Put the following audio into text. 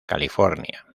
california